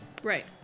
Right